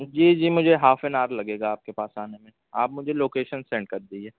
جی جی مجھے half an hour لگے گا آپ کے پاس آنے میں آپ مجھے لوکیشن سینڈ کر دیجیے